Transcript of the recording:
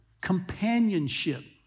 companionship